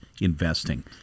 Investing